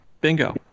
bingo